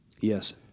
Yes